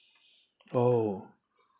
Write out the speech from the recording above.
oh